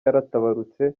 yaratabarutse